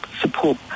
support